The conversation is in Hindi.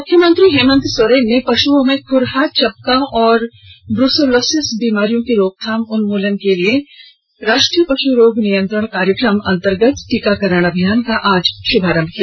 मुख्यमंत्री हेमन्त सोरेन ने पशुओं में खुरहा चपका और ब्रुसोलोसिस बीमारियों की रोकथाम उन्मूलन उन्मूलन के लिए राष्ट्रीय पश् रोग नियंत्रण कार्यक्रम अंतर्गत टीकाकरण अभियान का आज श्भारंभ किया